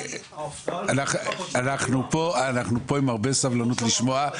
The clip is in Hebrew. אנחנו פה עם הרבה סבלנות לשמוע,